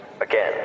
Again